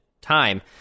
time